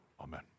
amen